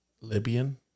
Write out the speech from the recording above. Libyan